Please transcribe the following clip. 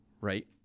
right